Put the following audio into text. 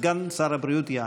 סגן שר הבריאות יענה.